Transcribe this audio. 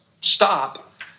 stop